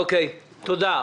תודה.